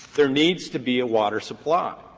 there needs to be a water supply.